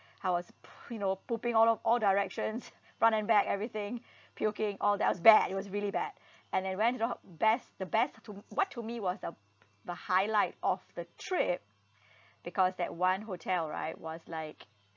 I was p~ you know pooping all o~ all directions run and back everything puking all that was bad it was really bad and I went to the ho~ best the best to what to me was the the highlight of the trip because that one hotel right was like